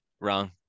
Wrong